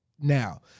now